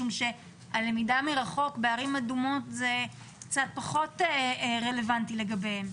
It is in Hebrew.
משום שהלמידה מרחוק בערים אדומות זה קצת פחות רלוונטי לגביהם.